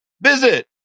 Visit